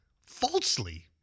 falsely